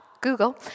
Google